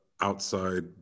outside